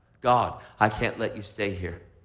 god, i can't let you stay here.